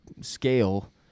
scale